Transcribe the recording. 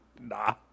Nah